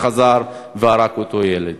וחזר והרג את הילד.